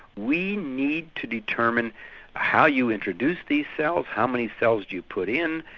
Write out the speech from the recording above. we need to determine how you introduce these cells, how many cells do you put in,